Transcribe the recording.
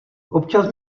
občas